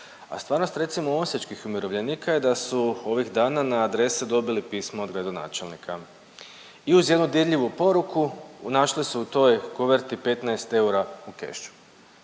a stvarnost recimo osječkih umirovljenika da su ovih dana na adrese dobili pismo od gradonačelnika i uz jednu dirljivu poruku našli su u toj kuverti 15 eura u kešu.